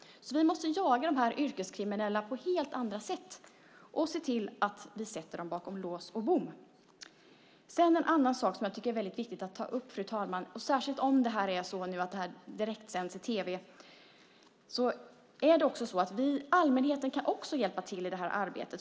Vi måste jaga de yrkeskriminella på helt andra sätt och se till att sätta dem bakom lås och bom. En annan sak som är viktig att ta upp, särskilt om detta direktsänds i tv, är att allmänheten också kan hjälpa till i det här arbetet.